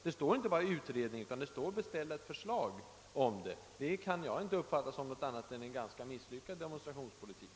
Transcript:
Man begär inte bara en utredning utan också ett förslag enligt just den metoden. Det kan jag inte uppfatta som annat än en ganska misslyckad demonstrationspolitik.